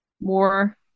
more